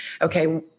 okay